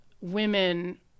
women